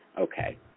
Okay